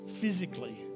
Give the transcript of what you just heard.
physically